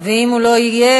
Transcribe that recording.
אם הוא לא יהיה